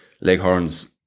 Leghorns